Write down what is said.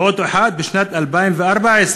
ועוד אחת בשנת 2014,